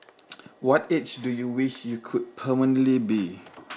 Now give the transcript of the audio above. what age do you wish you could permanently be